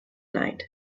night